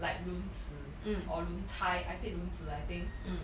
like 轮子 or 轮胎 I said 轮子 I think